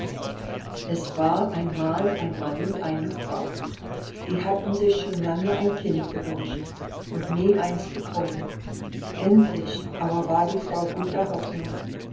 es war einmal ein mann und eine frau die hatten sich schon lange ein kind gewünscht und nie eins bekommen endlich aber ward die frau guter hoffnung